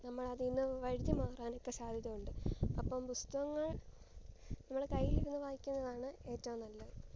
നമ്മൾ അതിൽ നിന്ന് വഴുതി മാറാനൊക്കെ സാധ്യത ഉണ്ട് അപ്പം പുസ്തകങ്ങൾ നമ്മളെ കയ്യിലിരുന്ന് വയ്ക്കുന്നതാണ് ഏറ്റവും നല്ലത്